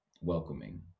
welcoming